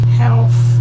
health